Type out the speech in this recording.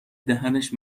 دهنش